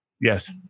Yes